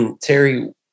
Terry